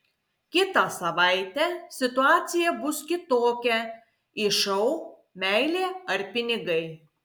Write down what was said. kitą savaitę situacija bus kitokia į šou meilė ar pinigai